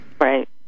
Right